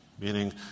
meaning